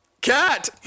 Cat